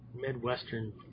Midwestern